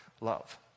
love